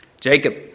Jacob